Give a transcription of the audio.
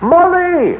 Molly